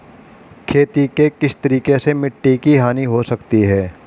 खेती के किस तरीके से मिट्टी की हानि हो सकती है?